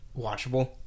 watchable –